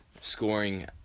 scoring